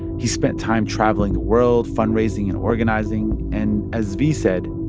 he spent time traveling the world, fundraising and organizing and, as zvi said,